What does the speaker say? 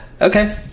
Okay